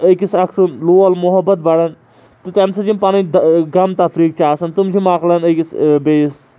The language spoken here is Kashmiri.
أکِس اَکھ سُںٛد لول محبت بَڑان تہٕ تَمہِ سۭتۍ چھِ یِم پَنٕنۍ غم تَفریٖک تہِ آسَان تِم چھِ مۄکلان أکِس بیٚیِس